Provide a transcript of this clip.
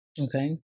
Okay